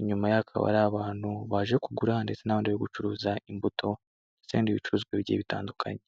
Inyuma ye hakaba hari abantu baje kugura ndetse n'abandi bari gucuruza imbuto ndetse n'ibindi bicuruzwa bigiye bitandukanye.